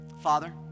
Father